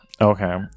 okay